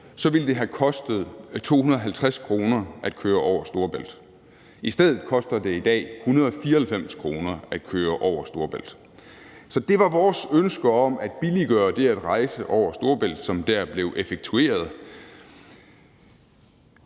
så ville have kostet 250 kr. at køre over Storebælt. I stedet koster det i dag 194 kr. at køre over Storebælt. Så det var vores ønske om at billiggøre det at rejse over Storebælt, som dér blev effektueret.